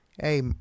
Hey